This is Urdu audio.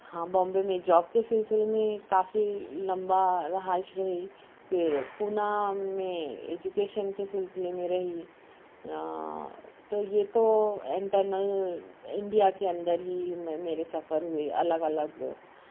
ہاں بامبے میں جاب کے سلسلے میں کافی لمبا رہائش رہی کہ پونا میں ایجوکیشن کے سلسلے میں رہی تو یہ تو انٹرنل انڈیا کے اندر ہی میرے سفر ہوئے الگ الگ